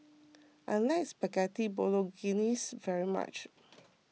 I like Spaghetti Bolognese very much